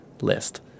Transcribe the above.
list